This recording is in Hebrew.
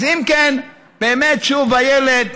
אז אם כן, באמת, שוב, איילת,